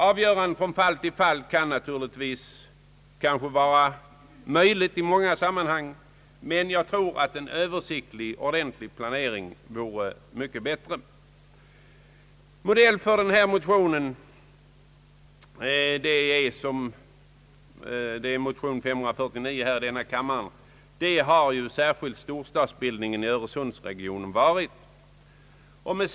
Avgörande från fall till fall kan naturligtvis vara lämpligt i många sammanhang, men jag tror att en översiktlig planering vore mycket bättre. För motion I:549 har i synnerhet storstadsbildningen i öresundsregionen varit modell.